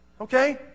Okay